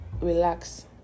Relax